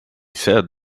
said